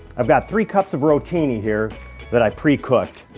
i've got three cups of rotini here that i've precooked.